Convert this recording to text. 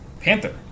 Panther